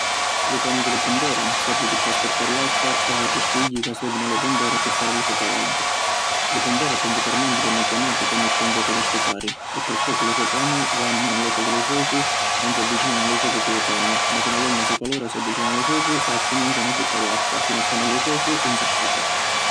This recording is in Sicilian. Lu camiu di li pumpera servi pi traspurtari acqua e autri stigghi ca servinu a li pumpera pi fari lu so travagghiu. Li pumpera principalmenti vennu chiamati quannu c’è un focu di astutari e perciò cu lu so camiu vannu ni lu locu di lu focu ma ‘un si avvicinanu a lu focu cu lu camiu, ma cu na longa sucalora si avvicinanu a lu focu e accuminzanu a jittari acqua finu a quannu lu focu ‘un si astuta.